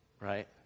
right